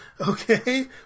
okay